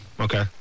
Okay